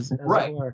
Right